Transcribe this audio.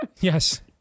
yes